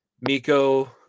Miko